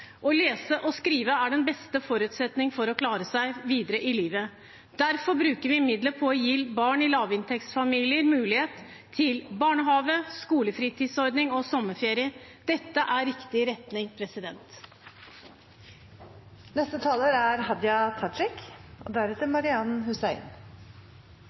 Å lese og skrive er den beste forutsetning for å klare seg videre i livet. Derfor bruker vi midler på å gi barn i lavinntektsfamilier mulighet til barnehage, skolefritidsordning og sommerferie. Dette er riktig retning.